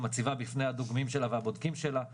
מציבה בפני הדוגמים שלה והבודקים שלה.